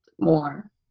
more